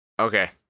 Okay